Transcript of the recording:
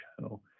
channel